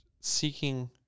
Seeking